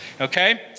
Okay